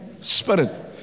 spirit